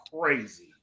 crazy